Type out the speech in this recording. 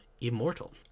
immortal